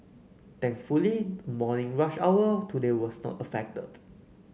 thankfully the morning rush hour today was not affected